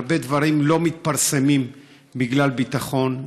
הרבה דברים לא מתפרסמים בגלל ביטחון,